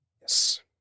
Yes